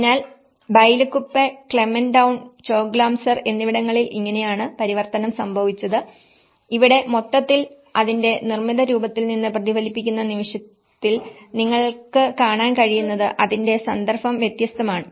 അതിനാൽ Bylakuppe Clement Town Choglamsar എന്നിവിടങ്ങളിൽ ഇങ്ങനെയാണ് പരിവർത്തനം സംഭവിച്ചത് ഇവിടെ മൊത്തത്തിൽ അതിന്റെ നിർമ്മിത രൂപത്തിൽ നിന്ന് പ്രതിഫലിപ്പിക്കുന്ന നിമിഷത്തിൽ നിങ്ങൾക്ക് കാണാൻ കഴിയുന്നത് അതിന്റെ സന്ദർഭം വ്യത്യസ്തമാണ്